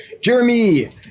Jeremy